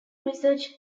research